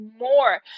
more